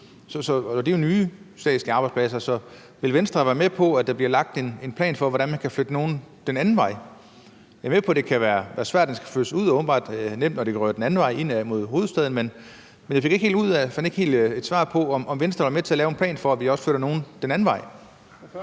og det er jo nye statslige arbejdspladser. Så vil Venstre være med på, at der bliver lagt en plan for, hvordan man kan flytte nogle den anden vej? Jeg er med på, at det kan være svært, når de skal flyttes ud, og at det åbenbart er nemt, når de rykker den anden vej ind mod hovedstaden. Men jeg fik ikke helt et svar på, om Venstre vil være med til at lave en plan for, at vi også flytter nogle den anden vej.